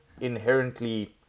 inherently